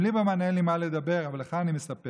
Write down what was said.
עם ליברמן אין לי מה לדבר, אבל לך אני מספר.